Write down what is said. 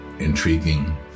intriguing